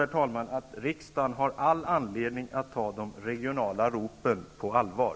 Jag tror att riksdagen har all anledning att ta de regionala ropen på allvar.